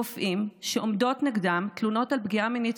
רופאים שעומדות נגדם תלונות על פגיעה מינית